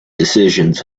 decisions